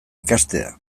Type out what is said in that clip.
ikastea